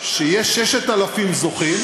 שיש 6,000 זוכים,